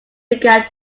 began